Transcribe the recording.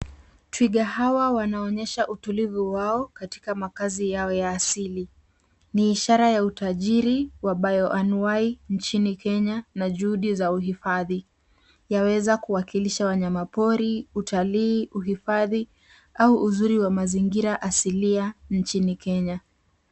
Twiga hawa wanaonyesha utulivu wao katika maakazi yao ya asili. Ni ishara ya utajiri wa bayoanuai nchini Kenya na juhudi za uhifadhi. Yaweza kuwakilisha wanyama pori, utalii, uhifadhi au uzuri wa mazingira asilia nchini Kenya.